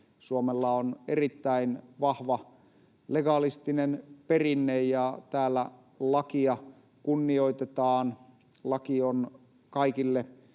Suomella on erittäin vahva legalistinen perinne. Täällä lakia kunnioitetaan, laki on kaikille